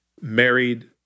married